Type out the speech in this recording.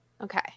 Okay